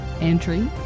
entry